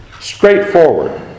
straightforward